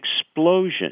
explosion